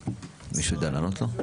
מישהו יודע לענות לו?